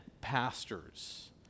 pastors